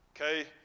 Okay